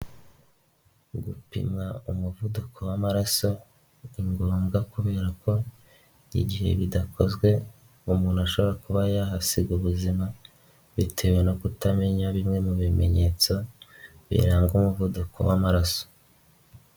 Udupima umuvuduko w'amaraso ni ngombwa kubera ko igihe bidakozwe, umuntu ashobora kuba yahasiga ubuzima bitewe no kutamenya bimwe mu bimenyetso biranga umuvuduko w'amaraso.